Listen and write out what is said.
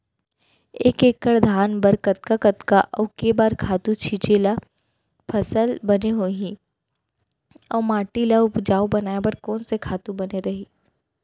एक एक्कड़ धान बर कतका कतका अऊ के बार खातू छिंचे त फसल बने होही अऊ माटी ल उपजाऊ बनाए बर कोन से खातू बने रही?